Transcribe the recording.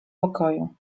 pokoju